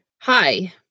Hi